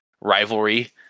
rivalry